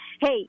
hey